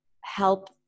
help